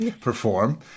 perform